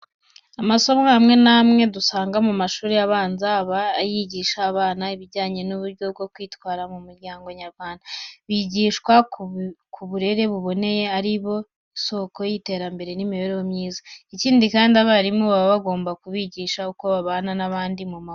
Amasomo amwe n'amwe dusanga mu mashuri abanza, aba yigisha abana ibijyane n'uburyo bakwitwara mu muryango nyarwanda. Bigishwa ko uburere buboneye, ari isoko y'iterambere n'imibereho myiza. Ikindi kandi abarimu baba bagomba kubigisha uko babana n'abandi mu mahoro.